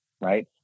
right